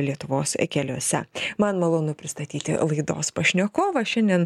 lietuvos keliuose man malonu pristatyti laidos pašnekovą šiandien